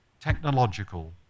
technological